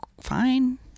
fine